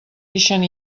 ixen